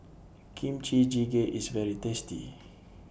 Kimchi Jjigae IS very tasty